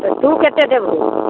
तू कते देबही